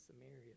Samaria